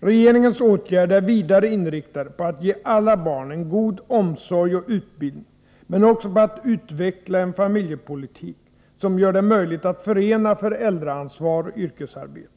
Regeringens åtgärder är vidare inriktade på att ge alla barn en god omsorg och utbildning, men också på att utveckla en familjepolitik som gör det möjligt att förena föräldraansvar och yrkesarbete.